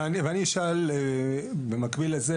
ואני אשאל במקביל לזה,